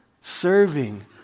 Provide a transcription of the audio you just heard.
serving